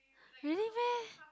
really meh